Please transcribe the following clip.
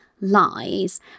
lies